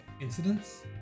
incidents